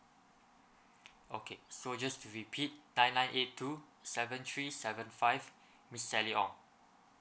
okay so just to repeat nine nine eight two seven three seven five miss sally ong